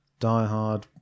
diehard